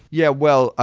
yeah. well, ah